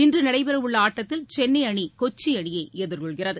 இன்று நடைபெறவுள்ள ஆட்டத்தில் சென்னை அணி கொச்சி அணியை எதிர்கொள்கிறது